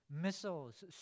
missiles